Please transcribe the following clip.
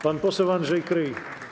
Pan poseł Andrzej Kryj.